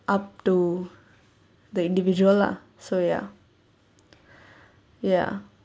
up to the individual lah so ya ya ya